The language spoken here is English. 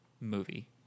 movie